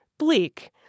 Bleak